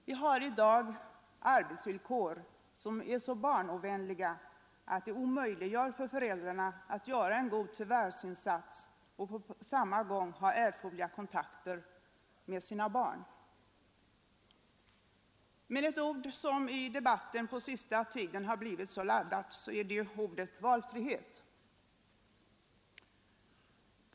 Vi har i dag arbetsvillkor som är så barnovänliga att de omöjliggör för föräldrarna att göra en god förvärvsinsats och på samma gång ha erforderliga kontakter med sina barn. Ett ord har i debatten på senaste tiden blivit mycket laddat, nämligen ordet valfrihet.